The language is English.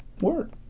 word